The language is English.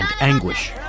anguish